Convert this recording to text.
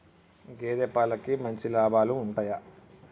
గేదే పాలకి మంచి లాభాలు ఉంటయా?